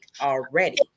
already